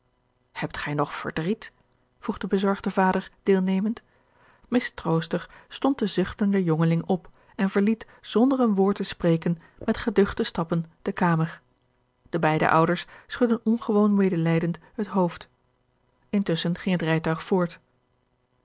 hebt gij nog verdriet vroeg de bezorgde vader deelnemend mistroostig stond de zuchtende jongeling op en verliet zonder een woord te spreken met geduchte stappen de kamer de beide ouders schudden ongewoon medelijdend het hoofd intusschen ging het rijtuig voort